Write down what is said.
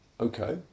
Okay